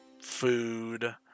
Food